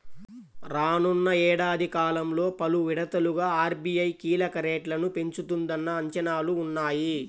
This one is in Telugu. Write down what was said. రానున్న ఏడాది కాలంలో పలు విడతలుగా ఆర్.బీ.ఐ కీలక రేట్లను పెంచుతుందన్న అంచనాలు ఉన్నాయి